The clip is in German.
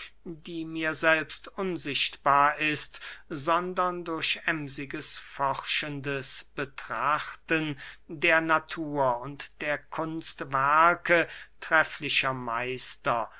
die mir selbst unsichtbar ist sondern durch ämsiges forschendes betrachten der natur und der kunstwerke trefflicher meister